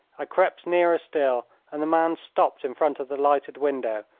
i crept nearer still, and the man stopped in front of the lighted window,